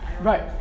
right